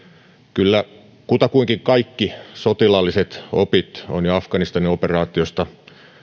kyllä kutakuinkin kaikki sotilaalliset opit on jo afganistanin operaatiosta